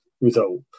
result